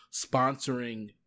sponsoring